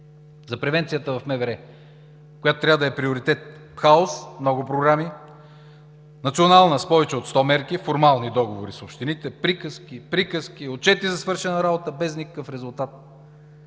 За превенцията в МВР, която трябва да е приоритет – хаос, много програми, национална – с повече от 100 мерки, формални договори с общините, приказки, приказки, отчети за свършена работа без никакъв резултат.